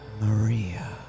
Maria